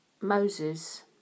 Moses